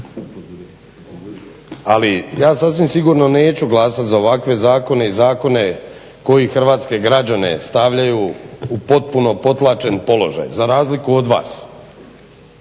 Ali ja sasvim sigurno neću glasat za ovakve zakone i zakone koji hrvatske građane stavljaju u potpuno potlačen položaj za razliku od vas.